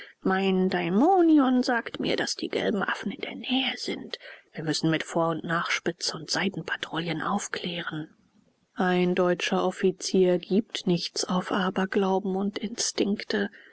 mein daimonion sagt mir daß die gelben affen in der nähe sind wir müssen mit vor und nachspitze und seitenpatrouillen aufklären ein deutscher offizier gibt nichts auf aberglauben und instinkte